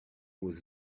was